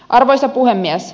arvoisa puhemies